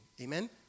Amen